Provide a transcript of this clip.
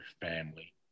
family